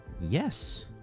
Yes